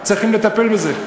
צריכים לטפל בזה.